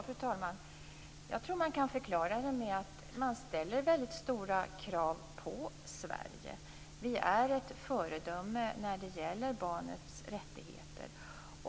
Fru talman! Jag tror att detta kan förklaras med att man ställer stora krav på Sverige, att vi är ett föredöme när det gäller barnets rättigheter.